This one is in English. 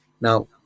Now